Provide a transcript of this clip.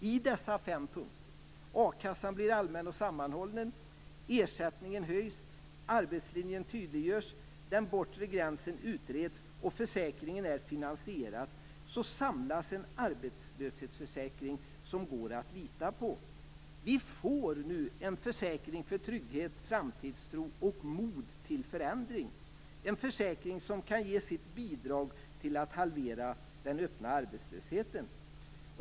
I dessa fem punkter - a-kassan blir allmän och sammanhållen, ersättningen höjs, arbetslinjen tydliggörs, den bortre gränsen utreds, och försäkringen är finansierad - samlas en arbetslöshetsförsäkring som går att lita på. Vi får nu en försäkring för trygghet, framtidstro och mod till förändring, en försäkring som kan ge sitt bidrag till att halvera den öppna arbetslösheten.